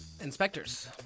Inspectors